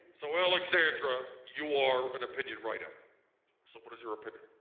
so alexandra you are an opinion writer so what is your opinion?